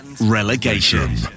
relegation